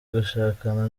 gushakana